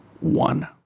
one